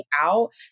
out